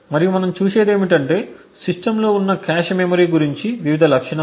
మరియు మనం చూసేది ఏమిటంటే సిస్టమ్లో ఉన్న కాష్ మెమరీ గురించి వివిధ లక్షణాలు